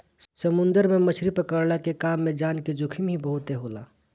समुंदर में मछरी पकड़ला के काम में जान के जोखिम ही बहुते होला